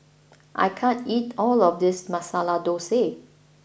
I can't eat all of this Masala Dosa